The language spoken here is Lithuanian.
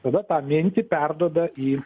tada tą mintį perduoda į